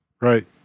right